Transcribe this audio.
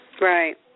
Right